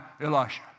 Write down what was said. Elisha